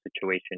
situation